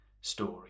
story